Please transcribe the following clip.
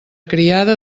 criada